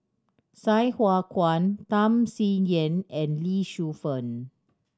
Sai Hua Kuan Tham Sien Yen and Lee Shu Fen